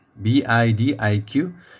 BIDIQ